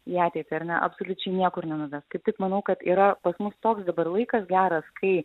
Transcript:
į ateitį ar ne absoliučiai niekur nenuves kaip tik manau kad yra pas mus toks dabar laikas geras kai